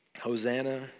Hosanna